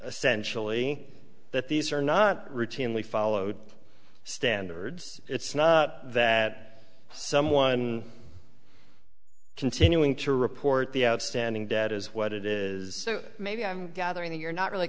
essentially that these are not routinely followed standards it's not that someone continuing to report the outstanding debt is what it is so maybe i'm gathering that you're not really